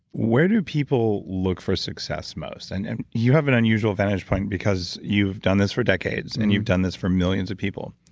where do people look for success most? and and you have an unusual vantage point because you've done this for decades and you've done this for millions of people.